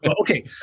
Okay